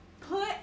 Put